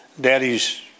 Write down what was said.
daddy's